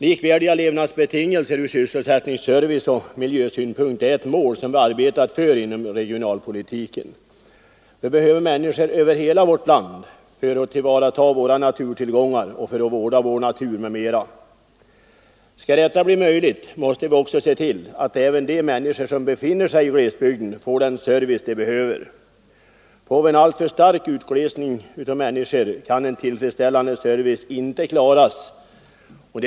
Likvärdiga levnadsbetingelser ur sysselsättnings-, serviceoch miljösynpunkt är mål som vi arbetat för inom regionalpolitiken. Det behövs människor i hela landet för att tillvarata våra naturtillgångar, för att vårda vår natur m.m. Skall detta bli möjligt måste vi också se till att även de människor som bor i glesbygden får den service de behöver. En alltför stark utglesning av människor medför att en tillfredsställande service ej kan ges de kvarvarande.